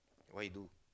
what you do